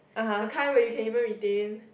the kind where you can even retain